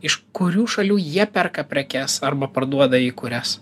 iš kurių šalių jie perka prekes arba parduoda į kurias